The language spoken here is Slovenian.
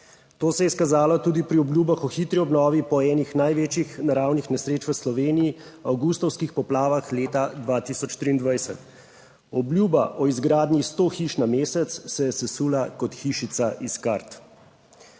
To se je izkazalo tudi pri obljubah o hitri obnovi po eni največjih naravnih nesreč v Sloveniji, avgustovskih poplavah leta 2023. Obljuba o izgradnji sto hiš na mesec se je sesula kot hišica iz kart.